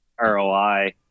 ROI